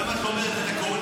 למה את לא אומרת את הכול?